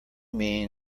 mean